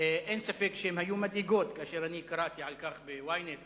אין ספק שהן היו מדאיגות כאשר אני קראתי על כך ב-Ynet,